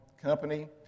company